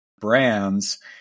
brands